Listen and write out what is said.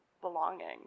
belonging